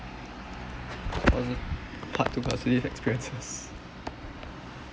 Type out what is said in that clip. uh part two positive experiences